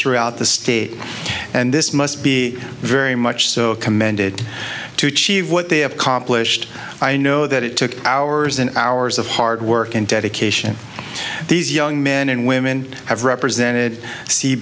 throughout the state and this must be very much so commended to achieve what they have comp list i know that it took hours and hours of hard work and dedication these young men and women have represented se